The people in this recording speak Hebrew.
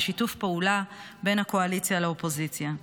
בשיתוף פעולה בין הקואליציה לאופוזיציה.